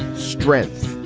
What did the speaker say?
strength,